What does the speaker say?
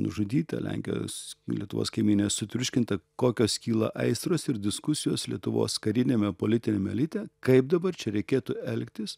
nužudyta lenkijos lietuvos kaimynė sutriuškinta kokios kyla aistros ir diskusijos lietuvos kariniame politiniame elite kaip dabar čia reikėtų elgtis